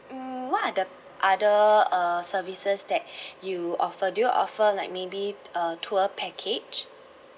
mm what are the other uh services that you offer do you offer like maybe uh tour package